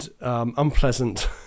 unpleasant